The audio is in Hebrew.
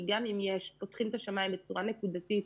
כי גם אם פותחים את השמיים בצורה נקודתית,